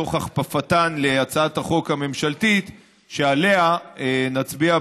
תוך הכפפתן להצעת החוק הממשלתית שעליה נצביע,